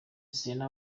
serena